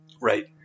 Right